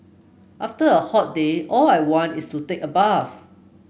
after a hot day all I want is to take a bath